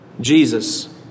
Jesus